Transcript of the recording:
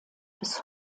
bis